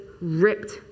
ripped